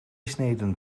sneden